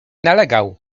nalegał